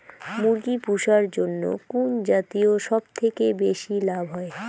মুরগি পুষার জন্য কুন জাতীয় সবথেকে বেশি লাভ হয়?